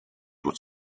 would